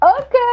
Okay